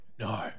No